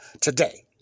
today